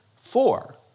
four